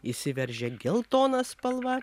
įsiveržė geltona spalva